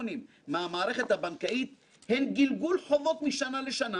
טייקונים מהמערכת הבנקאית הוא גלגול חובות משנה לשנה